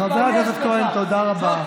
חבר הכנסת כהן, תודה רבה.